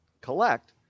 collect